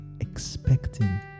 expecting